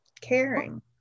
caring